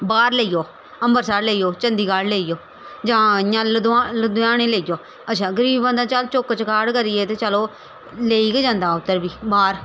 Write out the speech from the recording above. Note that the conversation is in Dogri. बाह्र लेई जाओ अंबरसर लेई जाओ चंडीगढ़ लेई जाओ जां इयां ल लुधआने लेई जाओ अच्छा गरीब बंदा चल चुक्क चकाट करियै ते चलो लेई गै जंदा उद्धर बी बाह्र